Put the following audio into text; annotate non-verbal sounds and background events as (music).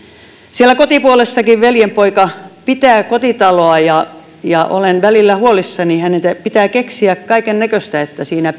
siellä kotipuolessakin veljenpoika pitää kotitaloa ja ja olen välillä huolissani hänen pitää keksiä kaikennäköistä että siinä (unintelligible)